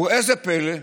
וראו זה פלא,